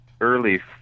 early